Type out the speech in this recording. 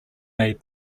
made